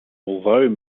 although